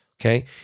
Okay